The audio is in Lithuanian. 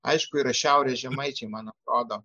aišku yra šiaurės žemaičiai man atrodo